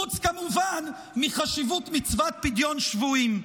כמובן, חוץ מחשיבות מצוות פדיון שבויים.